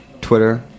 Twitter